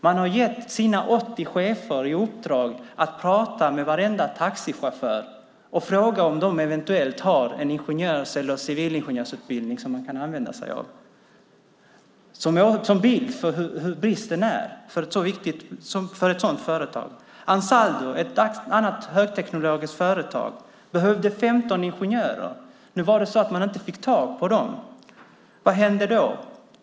Man har gett sina 80 chefer i uppdrag att prata med varenda taxichaufför och fråga om de eventuellt har en ingenjörs eller civilingenjörsutbildning som man kan använda sig av. Det är en bild av hur bristen ser ut för ett sådant företag. Ansaldo, ett annat högteknologiskt företag, behövde 15 ingenjörer. Man fick inte tag på dem. Vad hände då?